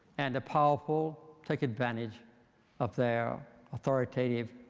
and the powerful take advantage of their authoritative,